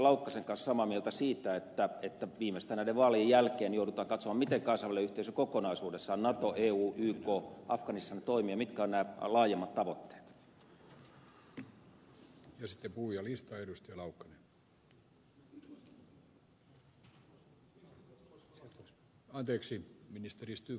laukkasen kanssa samaa mieltä siitä että viimeistään näiden vaalien jälkeen joudutaan katsomaan miten kansallinen yhteisö kokonaisuudessaan nato eu yk afganistanissa toimii ja mitkä ovat nämä laajemmat tavoitteet